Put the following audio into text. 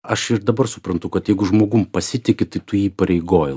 aš ir dabar suprantu kad jeigu žmogum pasitiki tai tu jį įpareigoji